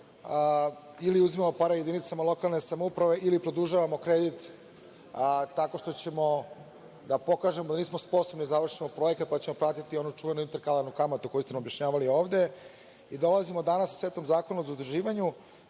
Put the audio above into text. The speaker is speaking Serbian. ili uzimamo pare jedinicama lokalne samouprave ili produžavamo kredit, a tako što ćemo da pokažemo da nismo sposobni da završimo projekat, pa ćemo platiti onu čuvenu interkalarnu kamatu koju ste nam objašnjavali ovde. Dolazimo danas sa setom zakona o zaduživanju. Ja